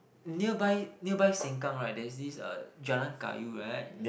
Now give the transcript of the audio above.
nearby nearby Sengkang right there is this uh Jalan-Kayu right